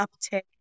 uptick